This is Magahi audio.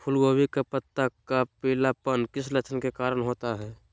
फूलगोभी का पत्ता का पीलापन किस लक्षण के कारण होता है?